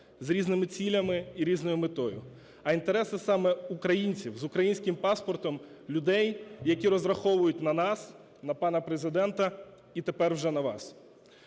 з різними цілями і різною метою, а інтереси саме українців, з українським паспортом людей, які розраховують на нас, на пана Президента і тепер вже на вас.